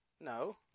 No